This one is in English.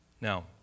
now